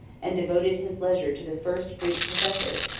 and devoted his leisure to the first greek professor,